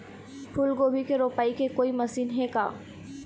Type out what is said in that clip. फूलगोभी के रोपाई के कोई मशीन हे का?